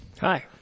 Hi